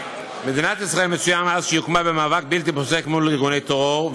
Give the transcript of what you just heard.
מדינת ישראל מצויה מאז הוקמה במאבק בלתי פוסק מול ארגוני טרור,